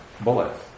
bullets